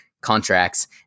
contracts